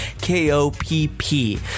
K-O-P-P